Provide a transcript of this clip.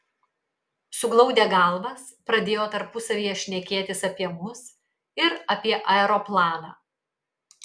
suglaudę galvas pradėjo tarpusavyje šnekėtis apie mus ir apie aeroplaną